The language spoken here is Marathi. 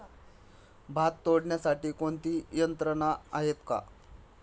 भात तोडण्यासाठी कोणती यंत्रणा आहेत का?